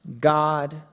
God